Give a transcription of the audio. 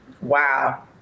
Wow